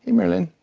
merlyn.